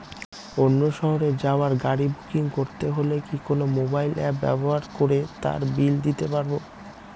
অন্য শহরে যাওয়ার গাড়ী বুকিং করতে হলে কি কোনো মোবাইল অ্যাপ ব্যবহার করে তার বিল দিতে পারব?